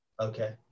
Okay